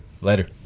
Later